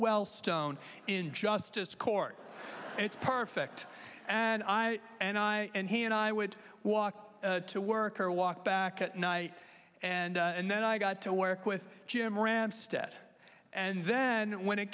well stone in justice court it's perfect and i and i and he and i would walk to work or walk back at night and then i got to work with jim ramstad at and then when it